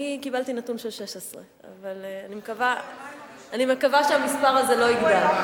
אני קיבלתי נתון של 16. אבל אני מקווה שהמספר הזה לא יגדל.